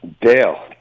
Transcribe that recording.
Dale